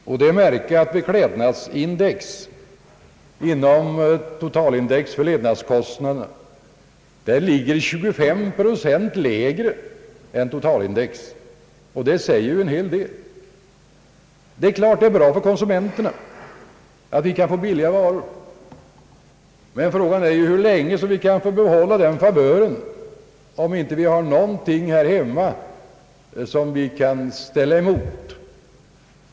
Det är att märka att beklädnadsindex ligger 25 procent lägre än totalindex för levnadskostnaderna, vilket säger en hel del. Det är givetvis bra för konsumenterna att vi kan få billiga varor, men frågan är hur länge vi kan behålla den favören om vi inte har någonting här hemma som vi kan ställa emot.